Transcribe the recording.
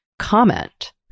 comment